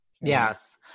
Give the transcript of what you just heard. Yes